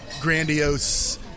grandiose